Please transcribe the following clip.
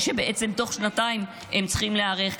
כשבעצם תוך שנתיים הם צריכים להיערך,